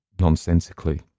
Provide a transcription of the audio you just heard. nonsensically